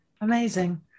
Amazing